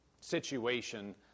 situation